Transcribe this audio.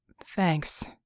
Thanks